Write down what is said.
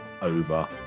over